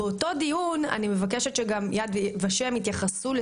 אני מבקשת שבאותו דיון יד ושם יתייחסו גם